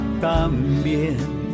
también